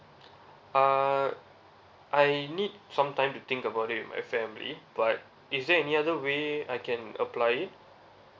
uh I need some time to think about it with my family but is there any other way I can apply it